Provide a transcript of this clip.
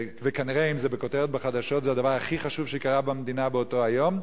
וכנראה אם זה בכותרת בחדשות זה הדבר הכי חשוב שקרה במדינה באותו היום,